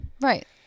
Right